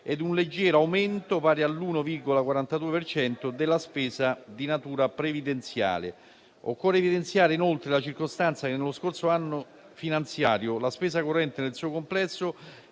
e un leggero aumento, pari all'1,42 per cento, della spesa di natura previdenziale. Occorre evidenziare, inoltre, la circostanza che nello scorso anno finanziario la spesa corrente nel suo complesso